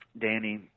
Danny